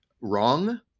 wrong